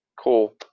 cool